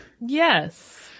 Yes